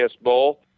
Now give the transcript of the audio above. Bowl